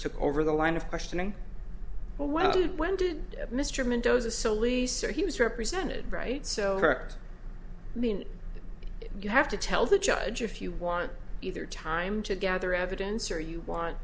took over the line of questioning well when did mr mendoza so leaser he was represented right so i mean you have to tell the judge if you want either time to gather evidence or you want